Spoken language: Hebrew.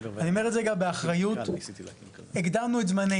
אני אומר את זה גם באחריות, הקדמנו את זמנינו.